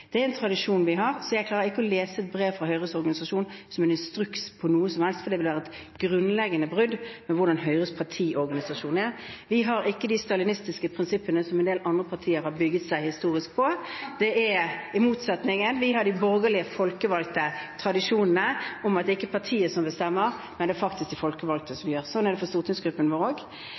Det er en tradisjon vi har, så jeg klarer ikke å lese et brev fra Høyres organisasjon som en instruks for noe som helst, for det ville vært et grunnleggende brudd med hvordan Høyres partiorganisasjon er. Vi har ikke de stalinistiske prinsippene som en del andre partier historisk har bygget seg på. Det er motsatt: Vi har de borgerlige og folkevalgte tradisjonene om at det ikke er partiet som bestemmer, men faktisk de folkevalgte. Sånn er det for stortingsgruppen vår